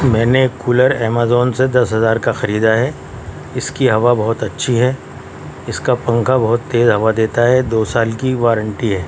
میں نے cooler Amazon سے دس ہزار کا خریدا ہے اس کی ہوا بہت اچھی ہے اس کا پنکھا بہت تیز ہوا دیتا ہے دو سال کی وارنٹی ہے